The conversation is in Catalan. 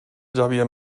xavier